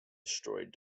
destroyed